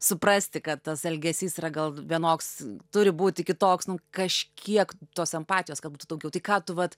suprasti kad tas elgesys yra gal vienoks turi būti kitoks nu kažkiek tos empatijos kad būtų daugiau tai ką tu vat